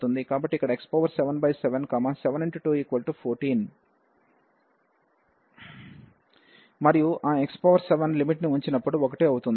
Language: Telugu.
కాబట్టి ఇక్కడ x77 7 × 2 14 మరియు ఆ x7 లిమిట్ ని ఉంచినప్పుడు 1 అవుతుంది